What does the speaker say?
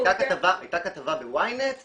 הייתה כתבה ב-YNET --- אה,